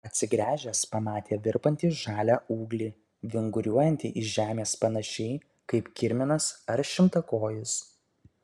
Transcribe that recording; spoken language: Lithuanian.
atsigręžęs pamatė virpantį žalią ūglį vinguriuojantį iš žemės panašiai kaip kirminas ar šimtakojis